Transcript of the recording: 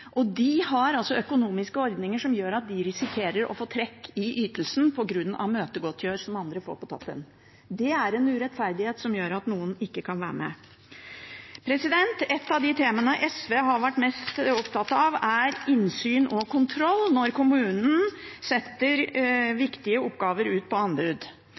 fora. De har økonomiske ordninger som gjør at de risikerer å få trekk i ytelsen på grunn av møtegodtgjørelse, som andre får på toppen. Det er en urettferdighet som gjør at noen ikke kan være med. Et av de temaene SV har vært mest opptatt av, er innsyn og kontroll når kommunen setter viktige oppgaver ut på anbud.